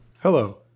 Hello